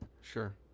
sure